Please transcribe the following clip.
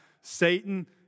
Satan